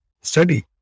study